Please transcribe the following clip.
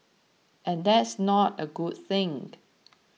and that's not a good thing